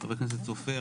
חבר הכנסת סופר,